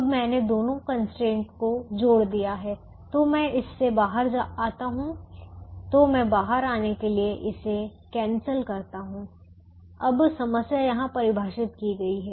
अब मैंने दोनों कंस्ट्रेंट को जोड़ दिया है तो मैं इससे बाहर आता हूं तो मैं बाहर आने के लिए इसे कैंसिल करता हूं अब समस्या यहां परिभाषित की गई है